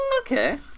Okay